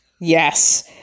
Yes